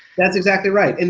that's exactly right, and